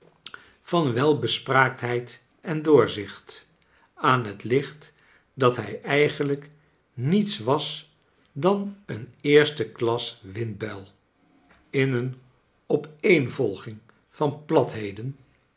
van welbespraaktheid en dcorzicht aan het licht dat hij eigenlijk niets was dan een eerste klasse windbuil in een opeenvolging van platheden